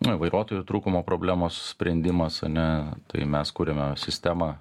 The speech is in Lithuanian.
nu į vairuotojų trūkumo problemos sprendimas ane tai mes kuriame sistemą